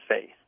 faith